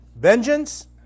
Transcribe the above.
Vengeance